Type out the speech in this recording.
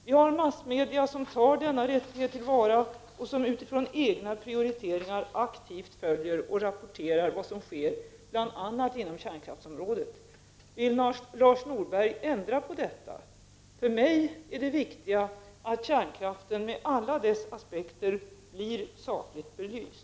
Vi har massmedia som tar denna rättighet till vara och som utifrån egna prioriteringar aktivt följer och rapporterar vad som sker bl.a. inom kärnkraftsområdet. För mig är det viktiga att kärnkraften med alla dess aspekter blir sakligt belyst.